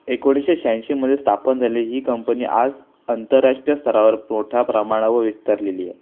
एकोणीसशे शहाऐंशीमध्ये स्थापन झाले ही कंपनी आज आंतरराष्ट्रीय स्तरावर मोठ्या प्रमाणावर विस्तरलेली आहे